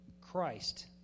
Christ